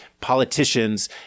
politicians